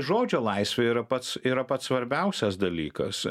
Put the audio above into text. žodžio laisvė yra pats yra pats svarbiausias dalykas